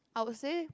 I would say